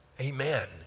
Amen